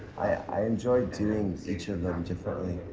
i enjoy doing this each of them differently